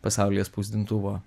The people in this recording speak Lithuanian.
pasaulyje spausdintuvo